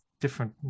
different